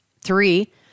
Three